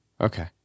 okay